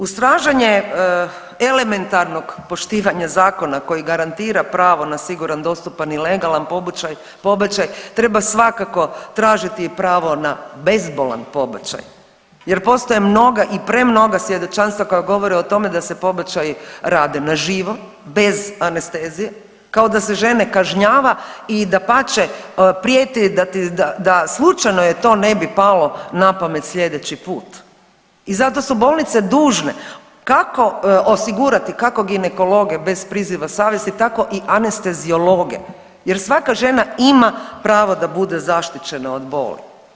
Ustražanje elementarnog poštivanja zakona kojeg garantira pravo na siguran, dostupan i legalan pobačaj treba svakako tražiti pravo na bezbolan pobačaj jer postoje mnoga i premnoga svjedočanstva koja govore o tome da se pobačaji rade na živo, bez anestezije, kao da se žene kažnjava i dapače, prijete da slučajno joj to ne bi palo na pamet sljedeći put i zato su bolnice dužne, kako osigurati, kako ginekologe bez priziva savjesti, tako i anesteziologe jer svaka žena ima pravo da bude zaštićena od boli.